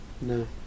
no